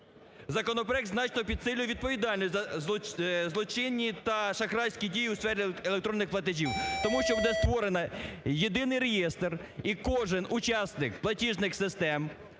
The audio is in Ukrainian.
законопроект значно підсилює відповідальність за злочинні та шахрайські дії у сфері електронних платежів, тому що буде створено єдиний реєстр і кожен учасник платіжних систем